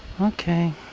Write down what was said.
Okay